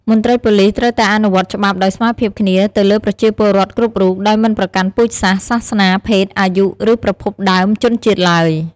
មន្ត្រីប៉ូលិសត្រូវតែអនុវត្តច្បាប់ដោយស្មើភាពគ្នាទៅលើប្រជាពលរដ្ឋគ្រប់រូប ដោយមិនប្រកាន់ពូជសាសន៍ សាសនា ភេទ អាយុ ឬប្រភពដើមជនជាតិឡើយ។